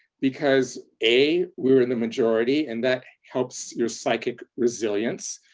because a. we were in the majority, and that helps your psychic resilience.